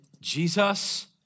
Jesus